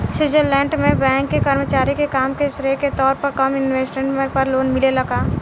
Switzerland में bank के कर्मचारी के काम के श्रेय के तौर पर कम इंटरेस्ट पर लोन मिलेला का?